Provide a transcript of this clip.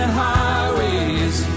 highways